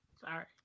Sorry